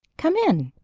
come in.